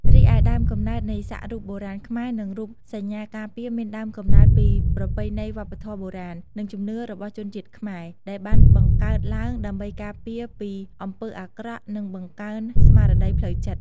រីឯដើមកំណើតនៃសាក់រូបបុរាណខ្មែរនិងរូបសញ្ញាការពារមានដើមកំណើតពីប្រពៃណីវប្បធម៌បុរាណ និងជំនឿរបស់ជនជាតិខ្មែរ ដែលបានបង្កើតឡើងដើម្បីការពារពីអំពើអាក្រក់ និងបង្កើនស្មារតីផ្លូវចិត្ត។